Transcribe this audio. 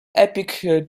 epic